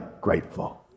grateful